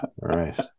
right